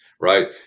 right